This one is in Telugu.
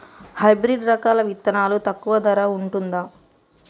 హైబ్రిడ్ రకాల విత్తనాలు తక్కువ ధర ఉంటుందా?